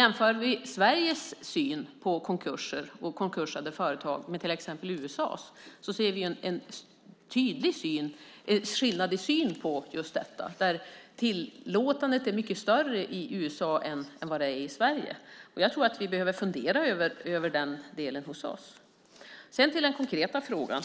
Jämför vi Sveriges syn på konkurser och konkursade företag med till exempel USA:s ser vi en tydlig skillnad i syn på detta. Tillåtandet är mycket större i USA än vad det är i Sverige. Vi behöver fundera över den delen hos oss. Till den konkreta frågan: